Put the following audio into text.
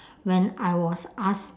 when I was asked